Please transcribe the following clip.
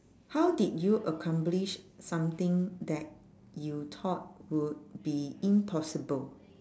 how did you accomplish something that you thought would be impossible